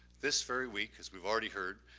this very week as we've already heard,